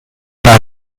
bei